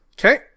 Okay